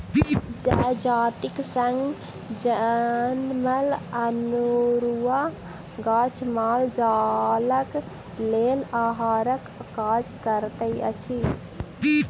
जजातिक संग जनमल अनेरूआ गाछ माल जालक लेल आहारक काज करैत अछि